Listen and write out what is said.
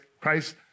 Christ